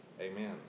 Amen